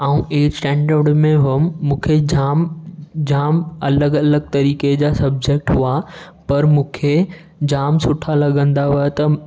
मां eight standard में हुअमि मूंखे जाम जाम अलॻि अलॻि तरीक़े जा सबजेक्ट हुआ पर मूंखे जाम सुठा लॻंदा हुआ त